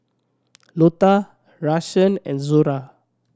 Lotta Rashaan and Zora